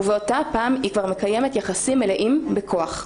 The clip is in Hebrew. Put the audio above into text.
ובאותה הפעם היא כבר מקיימת יחסים מלאים בכוח.